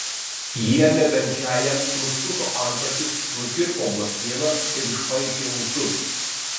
jie miegančiajam nuskuto antakius nukirpo blakstienas ir išpaišė ūsus